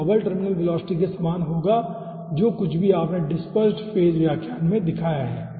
यह bubble terminal velocity के समान होगा जो कुछ भी आपने डिस्पेर्सेड फेज व्याख्यान में दिखाया है